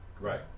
Right